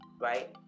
right